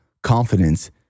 confidence